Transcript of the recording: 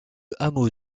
hameau